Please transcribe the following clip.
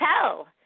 tell